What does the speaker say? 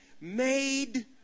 made